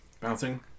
bouncing